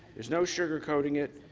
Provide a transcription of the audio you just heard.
there's no sugar coating it,